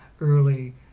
early